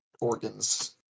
organs